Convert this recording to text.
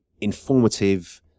informative